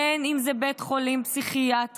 בין שזה בית חולים פסיכיאטרי,